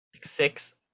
six